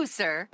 sir